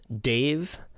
dave